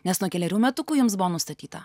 nes nuo kelerių metukų jums buvo nustatyta